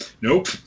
Nope